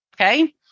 Okay